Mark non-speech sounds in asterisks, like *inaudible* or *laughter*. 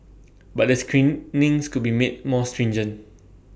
but the screen *unintelligible* could be made more stringent